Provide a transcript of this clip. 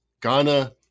Ghana